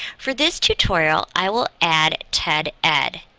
for this tutorial, i will add ted ed.